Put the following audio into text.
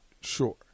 sure